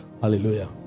Hallelujah